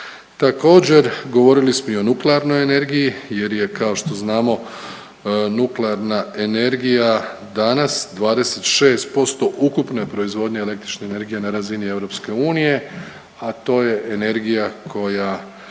Također govorili smo i o nuklearnoj energiji jer je kao što znamo nuklearna energija danas 26% ukupne proizvodnje električne energije na razini EU, a to je energija koja